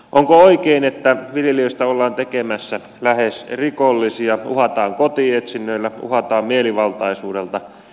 onko oikein että viljelijöistä ollaan tekemässä lähes rikollisia uhataan kotietsinnöillä uhataan mielivaltaisuudella